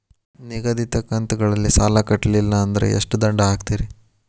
ನಿಗದಿತ ಕಂತ್ ಗಳಲ್ಲಿ ಸಾಲ ಕಟ್ಲಿಲ್ಲ ಅಂದ್ರ ಎಷ್ಟ ದಂಡ ಹಾಕ್ತೇರಿ?